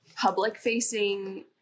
public-facing